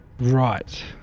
Right